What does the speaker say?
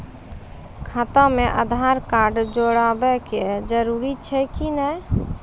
खाता म आधार कार्ड जोड़वा के जरूरी छै कि नैय?